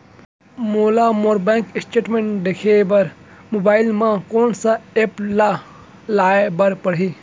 मोला मोर bank statement देखे बर मोबाइल मा कोन सा एप ला लाए बर परही?